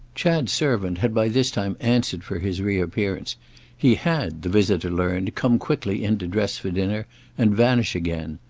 chad's servant had by this time answered for his reappearance he had, the visitor learned, come quickly in to dress for dinner and vanish again.